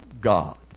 God